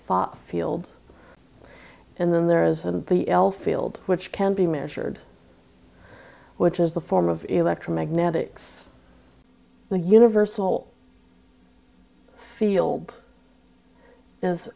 thought field and then there is and the l field which can be measured which is the form of electromagnetics the universal field is